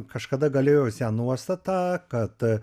kažkada galėjusią nuostatą kad